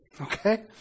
Okay